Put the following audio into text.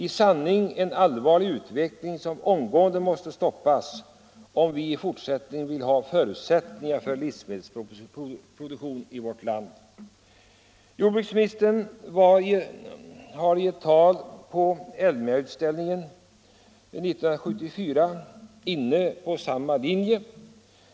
I sanning en allvarlig utveckling som omgående måste stoppas, om vi i fortsättningen vill ha förutsättningar för livsmedelsproduktionen i vårt land. Jordbruksministern var i ett tal på Elmiautställningen 1974 inne på samma linje.